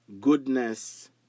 Goodness